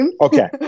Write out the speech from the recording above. Okay